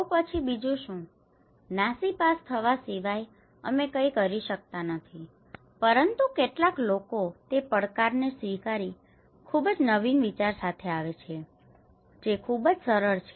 તો પછી બીજું શું નાસીપાસ થવા સિવાય અમે કાંઇ કરી શકતા નથી પરંતુ કેટલાક લોકો તે પડકારને સ્વીકારીને ખૂબ જ નવીન વિચાર સાથે આવે છે જે ખૂબ જ સરળ છે